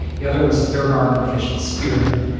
the other was the third armored division, spearhead.